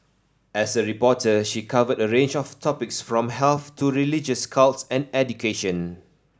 as a reporter she covered a range of topics from health to religious cults and education